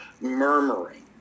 murmuring